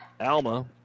Alma